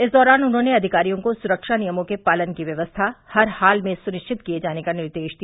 इस दौरान उन्होंने अधिकारियों को सुखा नियमों के पालन की व्यक्स्था हर हाल में सुनिश्चित किये जाने का निर्देश दिया